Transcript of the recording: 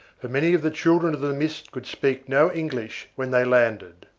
for many of the children of the mist could speak no english when they landed.